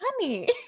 honey